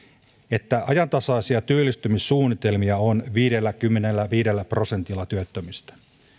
että ajantasaisia työllistymissuunnitelmia on viidelläkymmenelläviidellä prosentilla työttömistä